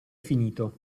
finito